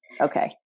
Okay